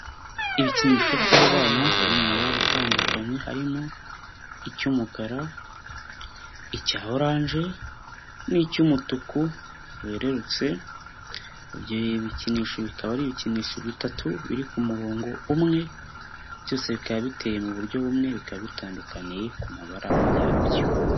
Ibikinisho by'abana biri mu mabara atandukanye, harimo icy'umukara, icya orange n'icy'umutuku werererutse, ibyo ibikinisho bikaba ari ibikinisho bitatu biri ku murongo umwe, byose bikaba biteye mu buryo bumwe, bikaba bitandukaniye ku mabara yabyo.